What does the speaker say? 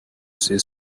see